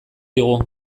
digu